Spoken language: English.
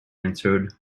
answered